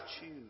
choose